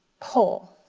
poll.